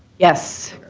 yes,